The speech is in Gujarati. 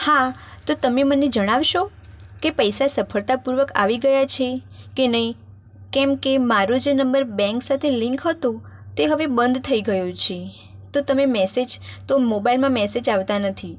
હા તો તમે મને જણાવશો કે પૈસા સફળતાપૂર્વક આવી ગયા છે કે નહીં કેમકે મારો જે નંબર બેંક સાથે લિંક હતો તે હવે બંધ થઈ ગયો છે તો તમે મેસેજ તો મોબાઈલમાં મેસેજ આવતા નથી